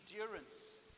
endurance